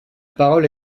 parole